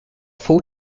full